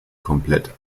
komplett